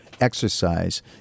exercise